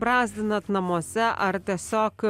brazdinat namuose ar tiesiog